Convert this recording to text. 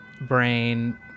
brain